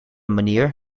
manier